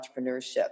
entrepreneurship